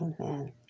Amen